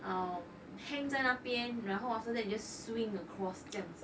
um hang 在那边然后 after that you just swing across 这样子